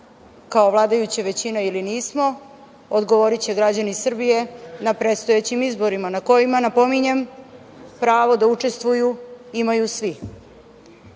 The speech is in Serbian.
kao vladajuća većina, ili nismo, odgovoriće građani Srbije na predstojećim izborima na kojima, napominjem, pravo da učestvuju imaju svi. To